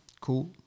cool